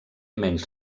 menys